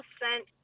sent